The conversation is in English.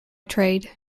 trade